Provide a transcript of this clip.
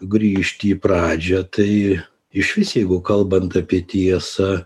grįžti į pradžią tai išvis jeigu kalbant apie tiesą